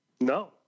No